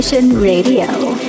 Radio